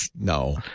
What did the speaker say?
No